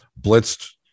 blitzed